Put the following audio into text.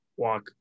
walk